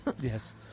Yes